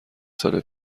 سال